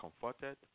comforted